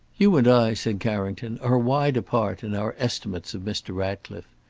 you and i, said carrington, are wide apart in our estimates of mr. ratcliffe.